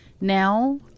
now